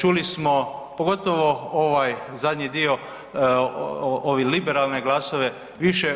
Čuli smo pogotovo ovaj zadnji dio, ove liberalne glasove, više